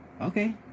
okay